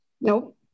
Nope